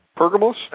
Pergamos